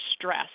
stress